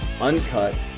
uncut